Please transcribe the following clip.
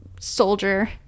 soldier